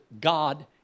God